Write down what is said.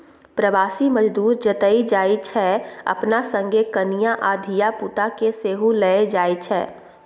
प्रबासी मजदूर जतय जाइ छै अपना संगे कनियाँ आ धिया पुता केँ सेहो लए जाइ छै